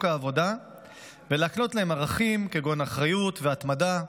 העבודה ולהקנות להם ערכים כגון אחריות והתמדה,